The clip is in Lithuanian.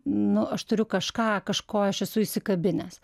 nu aš turiu kažką kažko aš esu įsikabinęs